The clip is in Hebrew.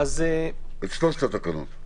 את שלושת התקנות.